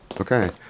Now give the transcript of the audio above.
Okay